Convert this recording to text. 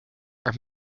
are